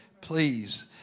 Please